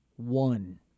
One